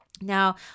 Now